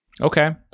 Okay